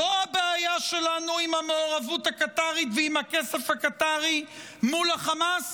זו הבעיה שלנו עם המעורבות הקטרית ועם הכסף הקטרי מול החמאס?